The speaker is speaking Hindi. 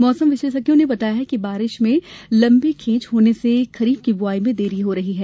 मौसम विशेषज्ञों ने बताया कि बारिश में लंबी खेंच होने से खरीफ की बुआई में देरी हो रही है